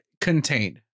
contained